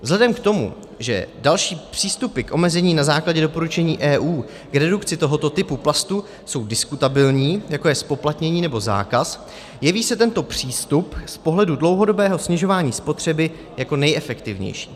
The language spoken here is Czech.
Vzhledem k tomu, že další přístupy k omezení na základě doporučení EU k redukci tohoto typu plastů jsou diskutabilní, jako je zpoplatnění nebo zákaz, jeví se tento přístup z pohledu dlouhodobého snižování spotřeby jako nejefektivnější.